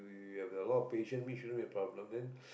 you have a lot of patient mean shouldn't be a problem then